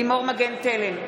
לימור מגן תלם,